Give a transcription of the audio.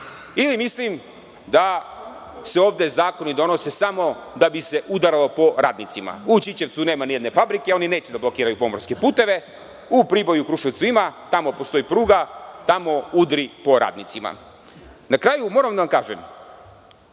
ili misli da se ovde zakoni donose samo da bi se udaralo po radnicima. U Ćićevcu nema nijedne fabrike, oni neće da blokiraju pomorske puteve. U Priboju i Kruševcu ima, tamo postoji pruga, tamo udri po radnicima. Na kraju, moram da vam kažem,